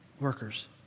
workers